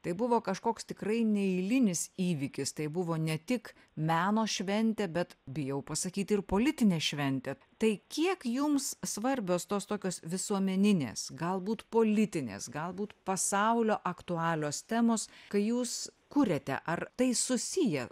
tai buvo kažkoks tikrai neeilinis įvykis tai buvo ne tik meno šventė bet bijau pasakyt ir politinė šventė tai kiek jums svarbios tos tokios visuomeninės galbūt politinės galbūt pasaulio aktualios temos kai jūs kuriate ar tai susiję